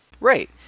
Right